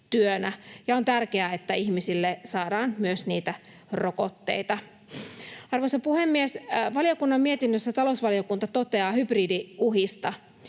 Ja on tärkeää, että ihmisille saadaan myös niitä rokotteita. Arvoisa puhemies! Valiokunnan mietinnössä talousvaliokunta toteaa hybridiuhista